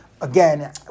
again